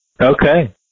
Okay